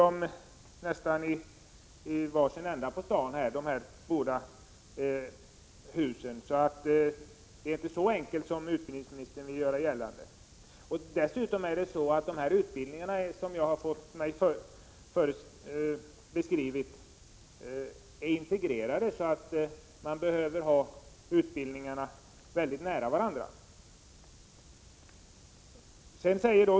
Dessa båda hus ligger nästan i var sin ände av staden. Det är inte så enkelt som utbildningsministern vill göra gällande. Dessutom är dessa utbildningar integrerade, så att man behöver ha dem nära varandra, efter vad jag har fått mig beskrivet.